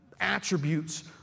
attributes